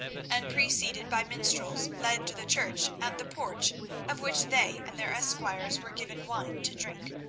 and preceded by minstrels, led to the church, at the porch of which they and their esquires were given wine to drink.